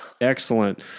Excellent